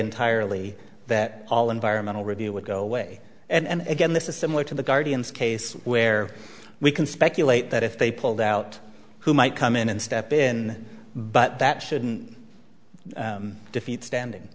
entirely that all environmental review would go away and again this is similar to the guardian's case where we can speculate that if they pulled out who might come in and step in but that shouldn't defeat standing